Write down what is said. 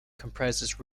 comprises